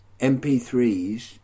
MP3s